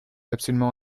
absolument